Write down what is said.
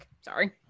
Sorry